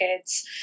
kids